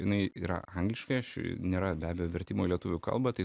jinai yra angliškai aš nėra be abejo vertimo į lietuvių kalbą tai